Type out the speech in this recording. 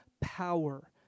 power